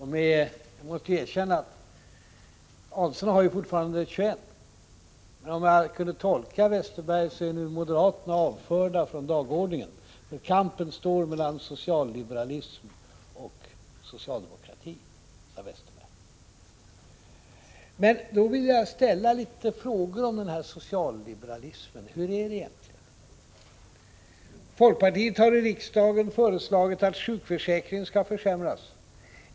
Man måste erkänna att Ulf Adelsohn fortfarande har 21 96, men om jag kunde tolka Bengt Westerberg rätt är nu moderaterna avförda från dagordningen, så att kampen står mellan socialliberalism och socialdemokrati, som Bengt Westerberg sade. Då vill jag ställa några frågor om den här socialliberalismen. Hur är det egentligen? Folkpartiet har i riksdagen föreslagit att sjukförsäkringen skall försämras.